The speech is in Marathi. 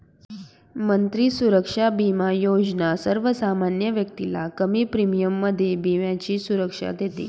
मंत्री सुरक्षा बिमा योजना सर्वसामान्य व्यक्तीला कमी प्रीमियम मध्ये विम्याची सुविधा देते